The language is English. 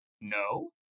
no